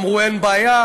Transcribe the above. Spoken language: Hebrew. אמרו: אין בעיה,